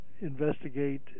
investigate